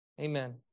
Amen